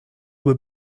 were